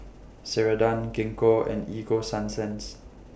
Ceradan Gingko and Ego Sunsense